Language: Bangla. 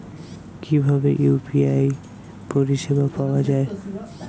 কিভাবে ইউ.পি.আই পরিসেবা পাওয়া য়ায়?